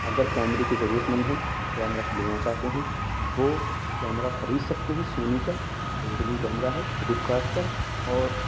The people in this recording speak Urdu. اگر کیمرے کے ضرورت مند ہیں کیمرہ لینا چاہتے ہیں وہ کیمرہ خرید سکتے ہیں سونی کا بہترین کیمرہ ہے فلپکارٹ پر اور